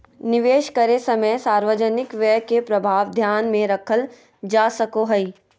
निवेश करे समय सार्वजनिक व्यय के प्रभाव ध्यान में रखल जा सको हइ